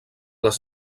les